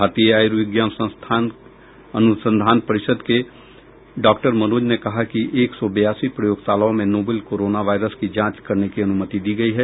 भारतीय आयूर्विज्ञान अनुसंधान परिषद के डॉक्टर मनोज ने कहा कि एक सौ बयासी प्रयोगशालाओं में नोवेल कोरोना वायरस की जांच करने की अनुमति दी गई है